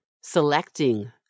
selecting